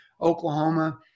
Oklahoma